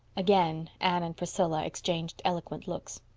again anne and priscilla exchanged eloquent looks.